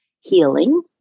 Healing